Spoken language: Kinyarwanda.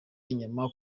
inyama